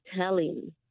telling